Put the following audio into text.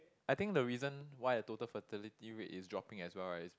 I think the reason why the total fertility rate is dropping as well as